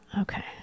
Okay